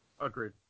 Agreed